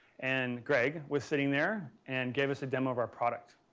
and greg was sitting there and gave us a demo of our product.